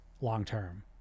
long-term